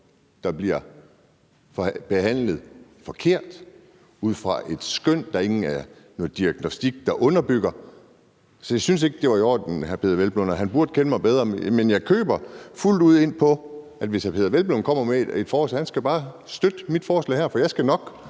der bliver behandlet forkert ud fra et skøn, som ingen diagnostik underbygger. Så jeg synes ikke, det var i orden, hr. Peder Hvelplund. Han burde kende mig bedre, men jeg køber fuldt ud ind på det, hvis hr. Peder Hvelplund kommer med et forslag. Han skal bare støtte mit forslag her, for jeg skal nok